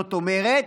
זאת אומרת,